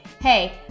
Hey